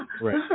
Right